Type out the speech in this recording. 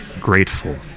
grateful